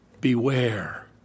Beware